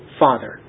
father